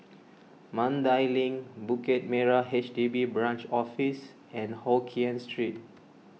Mandai Link Bukit Merah H D B Branch Office and Hokkien Street